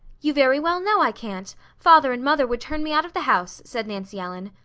you very well know i can't! father and mother would turn me out of the house, said nancy ellen.